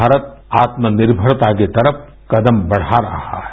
भारत आलनिर्मरता की तरफ कदम बढ़ा रहा है